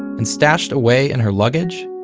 and stashed away in her luggage?